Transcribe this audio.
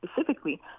specifically